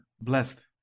Blessed